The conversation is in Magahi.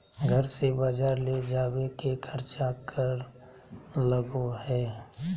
घर से बजार ले जावे के खर्चा कर लगो है?